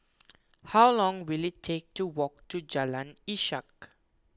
how long will it take to walk to Jalan Ishak